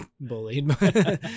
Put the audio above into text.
bullied